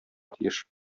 тиеш